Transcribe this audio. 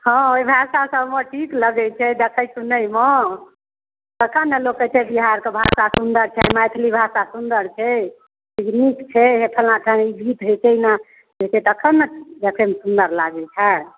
हँ ओहि भाषा सबमे नीक लगैत छै देखे सुनेमे तखन ने लोक कहैत छै बिहारके भाषा सुंदर छै मैथिली भाषा सुंदर छै नीक छै फलना ठाम ई गीत होइत छै ई नाँच होइत छै तखन ने देखेमे सुंदर लागैत छै